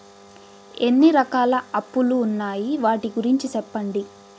ఎన్ని రకాల అప్పులు ఉన్నాయి? వాటి గురించి సెప్పండి?